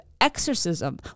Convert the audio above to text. exorcism